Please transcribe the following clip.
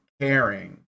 caring